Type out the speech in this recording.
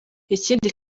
ikindi